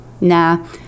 Nah